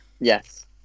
Yes